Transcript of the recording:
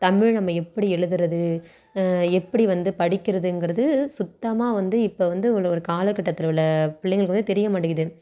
தமிழ் நம்ப எப்படி எழுதுவது எப்படி வந்து படிக்கிறதுங்கிறது சுத்தமாக வந்து இப்போ வந்து உள்ள ஒரு காலக்கட்டத்தில் உள்ள பிள்ளைங்களுக்கு வந்து தெரிய மாட்டேங்கிது